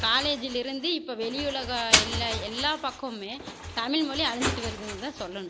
காலேஜுலேருந்து இப்போ வெளியுலகம் எல்லா எல்லா பக்கமுமே தமிழ் மொழி அழிஞ்சுட்டு வருதுன்னு தான் சொல்லணும்